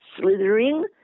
slithering